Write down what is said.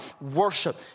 worship